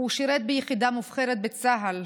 הוא שירת ביחידה מובחרת בצה"ל,